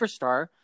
superstar